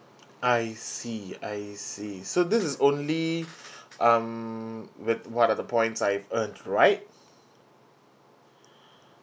I see I see so this is only um with whatever the points I've earned right